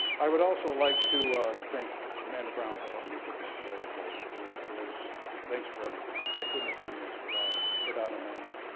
i would also like to thank amanda brown for helping me put this together today. it was it was thanks for everything. i couldn't have done this without without amanda.